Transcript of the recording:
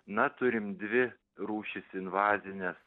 na turim dvi rūšis invazines